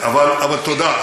אבל תודה.